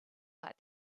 like